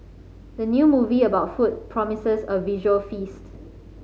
the new movie about food promises a visual feast